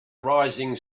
rising